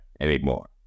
anymore